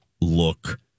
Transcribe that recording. look